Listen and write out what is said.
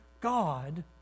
God